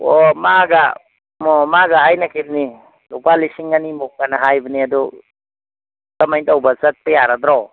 ꯑꯣ ꯃꯥꯒ ꯑꯣ ꯃꯥꯒ ꯍꯥꯏꯅꯈꯤꯕꯅꯤ ꯂꯨꯄꯥ ꯂꯤꯁꯤꯡ ꯑꯅꯤꯃꯨꯛꯑꯅ ꯍꯥꯏꯕꯅꯤ ꯑꯗꯨ ꯀꯃꯥꯏꯅ ꯇꯧꯕ ꯆꯠꯄ ꯌꯥꯔꯗ꯭ꯔꯣ